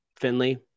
Finley